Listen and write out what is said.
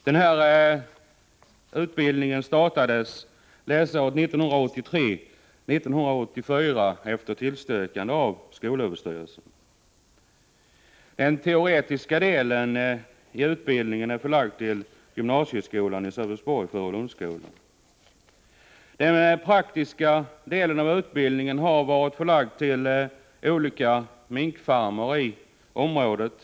Den här utbildningen startades läsåret 1983/84 efter tillstyrkan av skolöverstyrelsen. Den teoretiska delen av utbildningen är förlagd till gymnasieskolan i Sölvesborg, Furulundsskolan. Den praktiska delen av utbildningen har varit förlagd till olika minkfarmar i området.